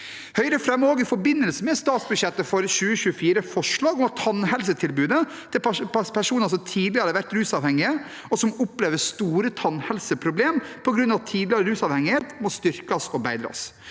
Høyre fremmer i forbindelse med statsbudsjettet for 2024 forslag om at tannhelsetilbudet til personer som tidligere har vært rusavhengige, og som opplever store tannhelseproblemer på grunn av tidligere rusavhengighet, må styrkes og bedres.